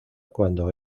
cuando